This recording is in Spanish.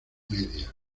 media